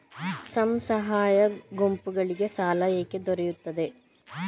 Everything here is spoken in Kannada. ಸ್ವಸಹಾಯ ಗುಂಪುಗಳಿಗೆ ಸಾಲ ಹೇಗೆ ದೊರೆಯುತ್ತದೆ?